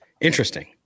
interesting